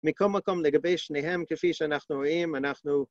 בכל מקום לגבי שניהם כפי שאנחנו רואים, אנחנו...